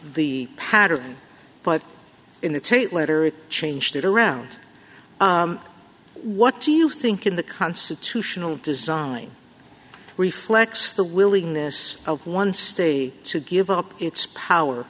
the pattern but in the tate letter it changed it around what do you think in the constitutional design reflects the willingness of one state to give up its power